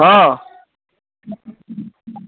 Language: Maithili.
हाँ